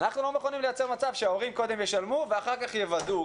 אנחנו לא מוכנים לייצר מצב שההורים קודם ישלמו ואחר כך יוודאו.